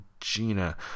Gina